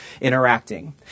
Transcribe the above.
interacting